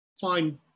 fine